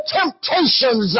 temptations